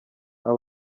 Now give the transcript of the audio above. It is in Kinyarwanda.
aba